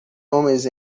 homens